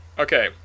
Okay